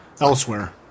elsewhere